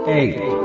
eight